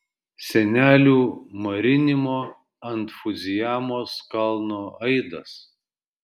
senelių marinimo ant fudzijamos kalno aidas